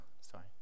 sorry